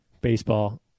baseball